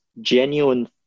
genuine